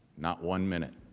not one minute.